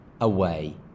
away